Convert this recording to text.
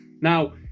Now